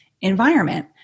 environment